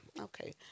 okay